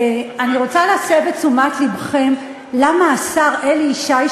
אני רוצה להסב את תשומת לבכם למה השר אלי ישי,